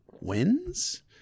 wins